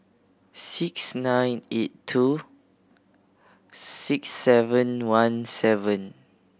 six nine eight two six seven one seven